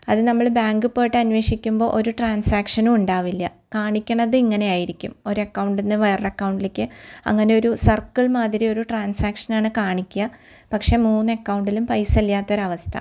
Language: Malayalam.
അത് നമ്മൾ ബാങ്ക് പോയിട്ട് അന്വേഷിക്കുമ്പം ഒരു ട്രാൻസാക്ഷനും ഉണ്ടാവില്ല കാണിക്കണത് ഇങ്ങനെ ആയിരിക്കും ഒരു അക്കൗണ്ട് നിന്ന് വേറെ ഒരു അക്കൗണ്ടിലേക്ക് അങ്ങനെ ഒരു സർക്കിൾ മാതിരി ഒരു ട്രാൻസാക്ഷനാണ് കാണിക്കുക പക്ഷെ മൂന്ന് അക്കൗണ്ടിലും പൈസ ഇല്ലാത്ത ഒരു അവസ്ഥ